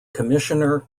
commissioner